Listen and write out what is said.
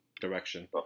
direction